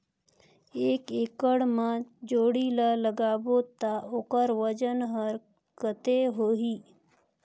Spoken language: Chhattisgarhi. एक एकड़ मा जोणी ला लगाबो ता ओकर वजन हर कते होही?